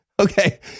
Okay